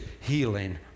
healing